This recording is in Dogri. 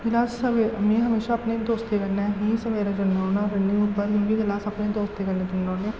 जेल्लै अस सबे में हमेशा अपने दोस्तें कन्नै ही सवेरै जन्ना होन्नां रन्निंग उप्पर उं'दे गल्ल अस अपने दोस्तें कन्नै जन्ने होन्नें